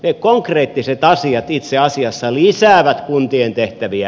ne konkreettiset asiat itse asiassa lisäävät kuntien tehtäviä